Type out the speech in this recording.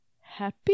happy